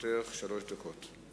לרשותך שלוש דקות.